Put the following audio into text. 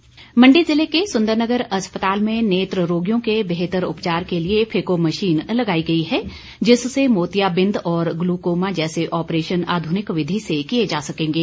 नेत्र उपचार मंडी जिले के सुन्दरनगर अस्पताल में नेत्र रोगियों के बेहतर उपचार के लिए फैको मशीन लगाई गई है जिससे मोतियाबिंद और ग्लूकोमा जैसे ऑप्रेशन आधुनिक विधि से किए जा सकेंगे